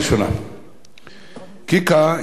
הינה השקעה זרה בישראל.